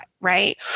right